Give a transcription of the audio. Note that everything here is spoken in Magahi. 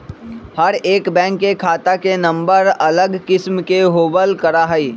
हर एक बैंक के खाता के नम्बर अलग किस्म के होबल करा हई